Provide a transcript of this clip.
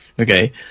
Okay